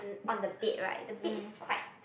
on the bed right the bed is quite